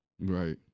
Right